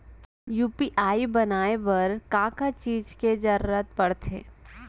UPI बनाए बर का का चीज के जरवत पड़थे?